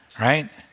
Right